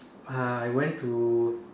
uh I went to